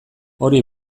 hori